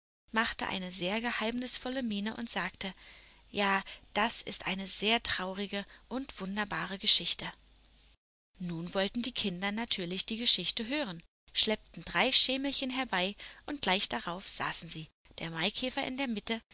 machte eine sehr geheimnisvolle miene und sagte ja das ist eine sehr traurige und wunderbare geschichte nun wollten die kinder natürlich die geschichte hören schleppten drei schemelchen herbei und gleich darauf saßen sie der maikäfer in der mitte